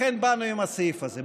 לכן באנו עם הסעיף הזה.